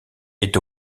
est